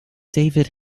david